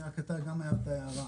גם אתה הערת הערה.